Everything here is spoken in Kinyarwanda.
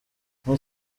muri